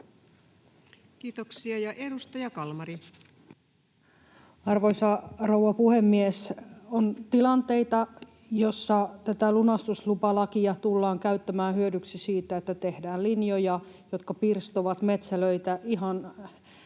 Kiitoksia. — Ja edustaja Kalmari. Arvoisa rouva puhemies! On tilanteita, joissa tätä lunastuslupalakia tullaan käyttämään hyödyksi siinä, että tehdään ihan tuulivoimayhtiökohtaisesti